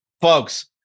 folks